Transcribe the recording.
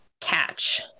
catch